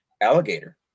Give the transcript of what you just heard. alligator